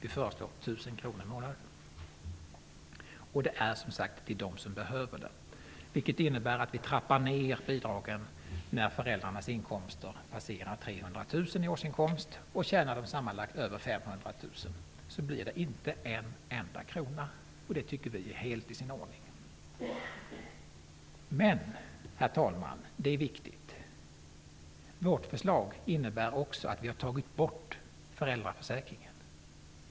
Vi föreslår att det skall utgå med 1 000 kr i månaden och, som sagt, skall utbetalas till dem som behöver dem, Detta innebär att vi trappar ned bidraget när föräldrarnas sammanlagda årsinkomst överstiger 300 000 kr och att det inte skall utgå med en enda krona när deras årsinkomst överstiger 500 000 kr. Vi tycker att det är helt i sin ordning. Men, herr talman, en viktig faktor är att vi också vill avskaffa föräldraförsäkringen.